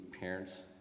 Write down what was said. parents